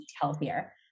healthier